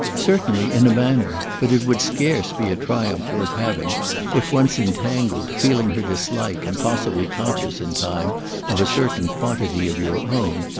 certainly in a manner. but it would scarce be a triumph worth having if, once entangled, feeling her dislike and possibly conscious in time of a certain quantity of your own,